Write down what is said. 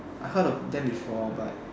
I heard of them before but